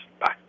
Bye